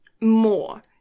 more